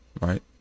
right